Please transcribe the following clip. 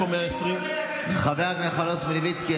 חבר הכנסת חנוך מלביצקי,